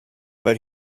but